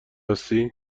هستی